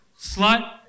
slut